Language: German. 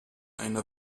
eine